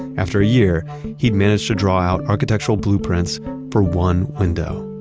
after a year he'd managed to draw out architectural blueprints for one window.